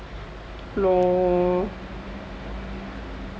no